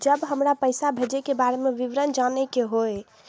जब हमरा पैसा भेजय के बारे में विवरण जानय के होय?